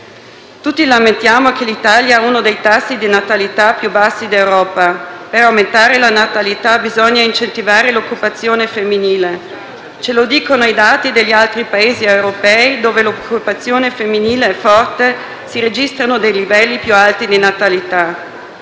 Tutti lamentiamo che l'Italia ha uno dei tassi di natalità più bassi in Europa. Per aumentare la natalità bisogna incentivare l'occupazione femminile. Come ci dicono i dati degli altri Paesi europei, dove l'occupazione femminile è forte si registrano i livelli più alti di natalità.